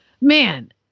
man